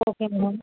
okay madam